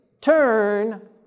turn